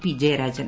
P Jayarajan